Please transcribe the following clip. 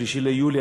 3 ביולי,